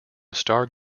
starr